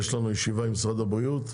יש לנו ישיבה עם משרד הבריאות.